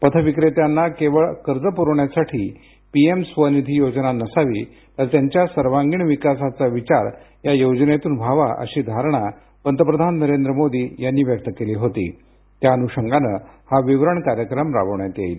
पथ विक्रेत्यांना केवळ कर्ज पुरविण्यासाठी पीएम स्वनिधी योजना नसावी तर त्यांच्या सर्वांगीण विकासाचा विचार या योजनेतून व्हावा अशी धारणा पंतप्रधान नरेंद्र मोदी यांनी व्यक्त केली होती त्या अनुषंगाने हा विवरण कार्यक्रम राबविण्यात येईल